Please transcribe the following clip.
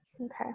Okay